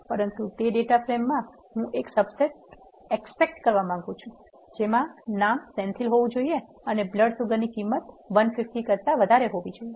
પરંતુ તે ડેટા ફ્રેમમાં હું એક સબસેટ એક્સ્ટ્રકટ કરવા માંગું છું જેમાં નામ સેન્થિલ હોવું જોઈએ અથવા બ્લડ સુગરની કિંમત 150 કરતા વધારે હોવી જોઈએ